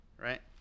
Right